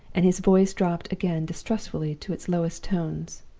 and his voice dropped again distrustfully to its lowest tones.